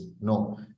No